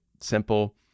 simple